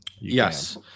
Yes